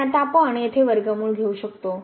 आणि आता आपण येथे वर्गमूळ घेऊ शकतो